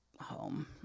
home